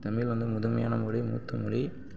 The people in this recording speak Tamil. தமிழ் வந்து முதன்மையான மொழி மூத்த மொழி